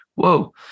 whoa